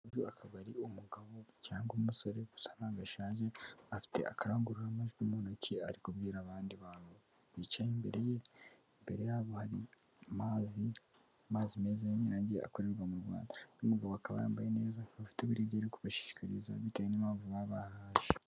Uyu akaba ari umugabo cyangwa umusore gusa ntago ashaje, afite akarangururamajwi mu ntoki ari kubwira abandi bantu bicaye imbere ye, imbere ye hari amazi meza yayandi akorerwa mu Rwanda n'umugabo akaba yambaye neza, bafite ibirere kubashishikariza bitewe n'impamvu babahaje.